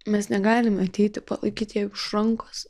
mes negalime ateiti palaikyt jai už rankos